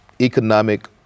economic